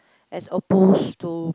as opposed to